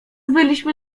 byliśmy